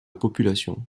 population